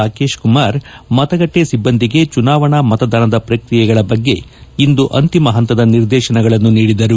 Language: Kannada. ರಾಕೇಶ್ ಕುಮಾರ್ ಮತಗಟ್ಟೆ ಸಿಬ್ಬಂದಿಗೆ ಚುನಾವಣಾ ಮತದಾನದ ಪ್ರಕ್ರಿಯೆಗಳ ಬಗ್ಗೆ ಇಂದು ಅಂತಿಮ ಹಂತದ ನಿರ್ದೇಶನಗಳನ್ನು ನೀಡಿದರು